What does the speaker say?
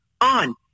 on